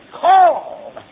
call